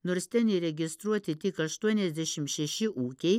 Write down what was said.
nors ten įregistruoti tik aštuoniasdešim šeši ūkiai